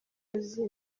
azi